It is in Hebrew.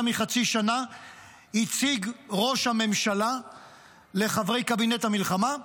מחצי שנה הציג ראש הממשלה לחברי קבינט המלחמה,